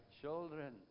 children